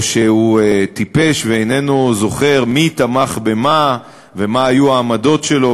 או שהוא טיפש ואיננו זוכר מי תמך במה ומה היו העמדות שלו,